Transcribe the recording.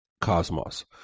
cosmos